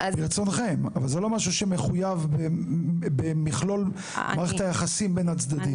זה לא משהו שמחויב במכלול מערכת היחסים בין הצדדים.